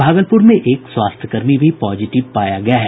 भागलपुर में एक स्वास्थ्य कर्मी भी पॉजिटिव पाया गया है